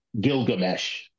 Gilgamesh